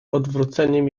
odwróceniem